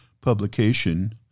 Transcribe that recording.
publication